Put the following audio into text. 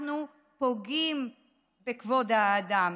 אנחנו פוגעים בכבוד האדם.